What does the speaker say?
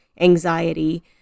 anxiety